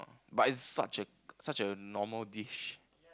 but it's such a such a normal dish